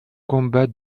combat